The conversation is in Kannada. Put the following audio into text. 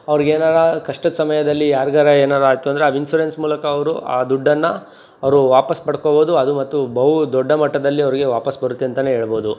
ಅವ್ರಿಗೇನಾರ ಕಷ್ಟದ ಸಮಯದಲ್ಲಿ ಯಾರಿಗಾರ ಏನಾರ ಆಯಿತು ಅಂದರೆ ಆ ಇನ್ಸುರೆನ್ಸ್ ಮೂಲಕ ಅವರು ಆ ದುಡ್ಡನ್ನು ಅವರು ವಾಪಸ್ ಪಡ್ಕೊಬೋದು ಅದು ಮತ್ತು ಬಹುದೊಡ್ಡ ಮಟ್ಟದಲ್ಲಿ ಅವ್ರಿಗೆ ವಾಪಸ್ ಬರುತ್ತೆ ಅಂತ ಹೇಳ್ಬೋದು